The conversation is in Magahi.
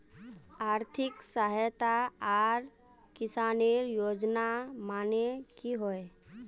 आर्थिक सहायता आर किसानेर योजना माने की होय?